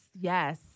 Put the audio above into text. yes